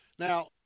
Now